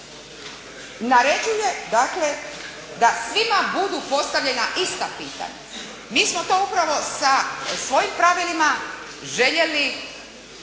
naređuje dakle da svima budu postavljena ista pitanja. Mi smo to upravo sa svojim pravilima željeli